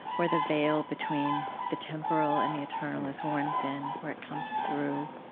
where the veil between the temporal and the eternal has worn thin, where it comes through.